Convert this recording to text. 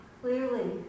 Clearly